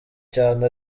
cyane